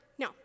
No